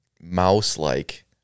mouse-like